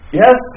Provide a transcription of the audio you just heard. yes